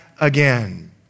again